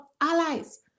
allies